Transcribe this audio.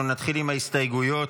אנחנו נתחיל עם ההסתייגויות.